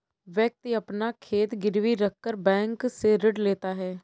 व्यक्ति अपना खेत गिरवी रखकर बैंक से ऋण लेता है